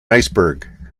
iceberg